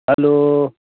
hello